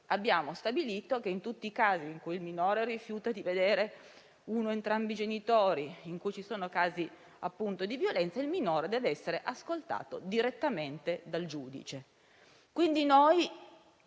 esempio stabilito che, in tutti i casi in cui il minore rifiuta di vedere uno o entrambi i genitori e in cui ci sono casi di violenza, il minore deve essere ascoltato direttamente dal giudice.